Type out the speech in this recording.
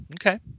Okay